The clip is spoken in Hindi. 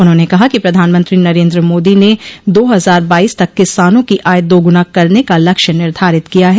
उन्होंने कहा कि प्रधानमंत्री नरेन्द्र मोदी ने दो हजार बाईस तक किसानों की आय दोगुना करने का लक्ष्य निर्धारित किया है